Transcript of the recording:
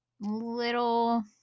little